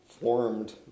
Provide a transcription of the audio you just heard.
formed